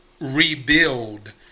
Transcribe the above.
rebuild